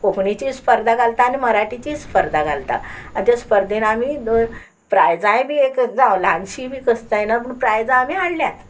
कोंकणीची स्पर्धा घालता आनी मराठीची स्पर्धा घालता आनी त्या स्पर्देन आमी प्रायजांय बी एक जावं ल्हानशी बी कस जायना पूण प्रायजां आमी हाडल्यात